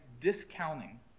discounting